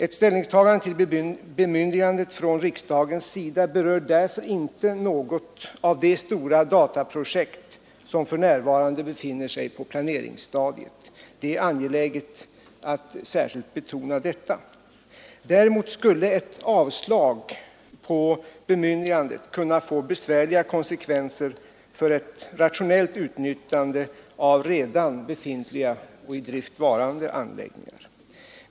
Ett ställningstagande till bemyndigandet från riksdagens sida berör därför inte något av de stora dataprojekt som för närvarande befinner sig på planeringsstadiet. Det är angeläget att särskilt betona detta. Däremot skulle ett avslag på bemyndigandet kunna få besvärliga konsekvenser för ett rationellt utnyttjande av redan befintliga och i drift varande anläggningar.